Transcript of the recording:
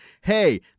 hey